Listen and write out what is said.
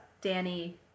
Danny